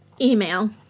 email